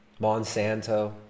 Monsanto